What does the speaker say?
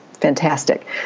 fantastic